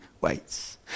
waits